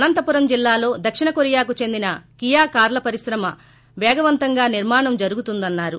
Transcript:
అనంతపురం జిల్లాలో దక్షిణ కోరియాకు చెందిన కియా కార్ల పరిశ్రమ పేగవంతంగా నిర్మాణం జరుగుతోందన్నారు